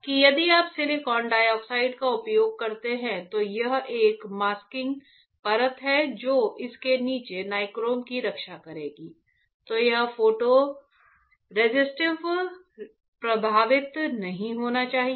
कि यदि आप सिलिकॉन डाइऑक्साइड का उपयोग करते हैं तो यह एक मास्किंग परत है जो इसके नीचे निक्रोम की रक्षा करेगी तो यह फोटो रेसिस्ट प्रभावित नहीं होना चाहिए